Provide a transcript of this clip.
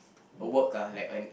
a work ah like an